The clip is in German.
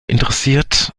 interessiert